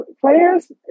Players